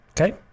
Okay